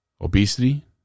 Obesity